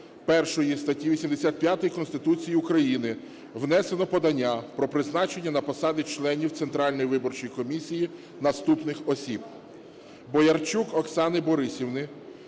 першої статті 85 Конституції України внесено подання про призначення на посади членів Центральної виборчої комісії наступних осіб: